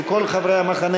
נגדה, אפס נמנעים.